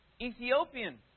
Ethiopian